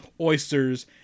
oysters